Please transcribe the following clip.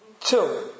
Two